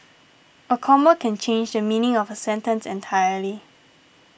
a comma can change the meaning of a sentence entirely